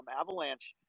Avalanche